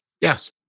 Yes